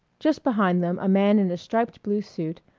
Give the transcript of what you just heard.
just behind them a man in a striped blue suit,